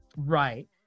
right